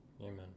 amen